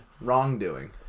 wrongdoing